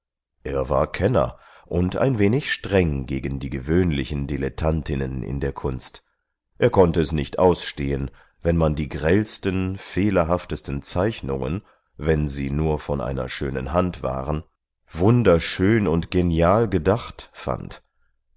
er war kenner und ein wenig streng gegen die gewöhnlichen dilettantinnen in der kunst er konnte es nicht ausstehen wenn man die grellsten fehlerhaftesten zeichnungen wenn sie nur von einer schönen hand waren wunderschön und genial gedacht fand